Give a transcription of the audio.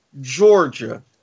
Georgia